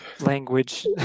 language